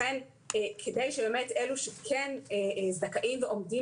לכן כדי שבאמת אלו שכן זכאים ועומדים